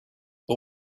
but